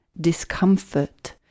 discomfort